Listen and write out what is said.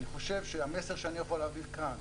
אני חושב שהמסר שאני יכול להביא לכאן,